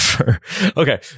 Okay